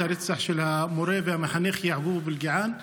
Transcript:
הרצח של המורה והמחנך יעקוב אבו אלקיעאן.